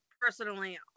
personally